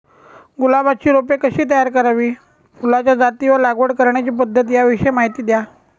गुलाबाची रोपे कशी तयार करावी? फुलाच्या जाती व लागवड करण्याची पद्धत याविषयी माहिती द्या